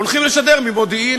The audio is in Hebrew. הולכים לשדר ממודיעין,